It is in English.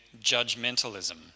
judgmentalism